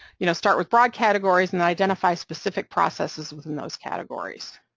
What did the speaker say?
you know, start with broad categories and identify specific processes within those categories.